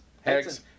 Hex